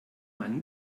mann